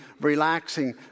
relaxing